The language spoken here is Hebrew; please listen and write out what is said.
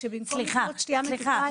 ושבמקום לקנות שתייה מתוקה,